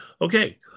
Okay